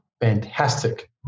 fantastic